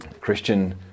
Christian